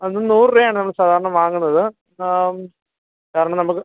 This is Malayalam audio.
അത് നൂറ് രൂപയാണ് നമ്മൾ സാധാരണ വാങ്ങുന്നത് കാരണം നമുക്ക്